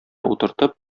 утыртып